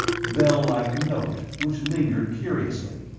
bell-like note which lingered curiously.